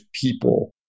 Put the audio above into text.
people